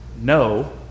No